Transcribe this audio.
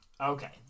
Okay